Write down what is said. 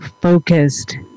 focused